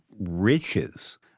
riches